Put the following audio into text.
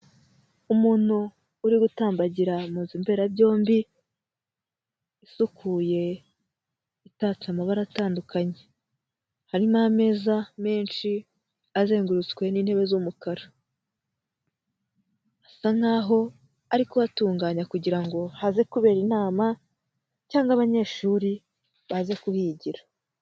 Umuntu uri gutambagira mu nzu mberabyombi, isukuye, itatse amabara atandukanye, harimo ameza menshi azengurutswe n'intebe z'umukara, asa nkaho ari kuhatunganya kugira ngo haze kubera inama cyangwa abanyeshuri baze kuhigira.